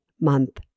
month